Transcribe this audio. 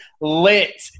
lit